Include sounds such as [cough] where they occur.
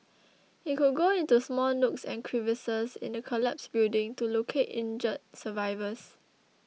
[noise] it could go into small nooks and crevices in a collapsed building to locate injured survivors